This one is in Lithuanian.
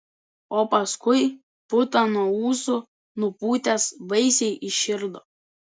o paskui putą nuo ūsų nupūtęs baisiai įširdo